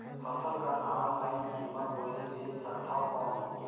फसल कर ऑनलाइन कीमत बोली बेच सकथव कौन?